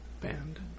Band